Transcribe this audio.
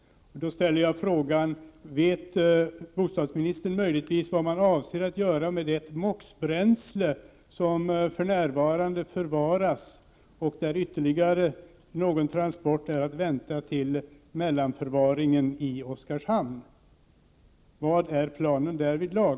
Då ställer jag frågan: Vet bostadsministern möjligen vad man avser att göra med det moxbränsle som förvaras för närvarande och där ytterligare någon transport är att vänta till mellanförvaringen i Oskarshamn? Vilken är planen därvidlag?